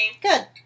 Good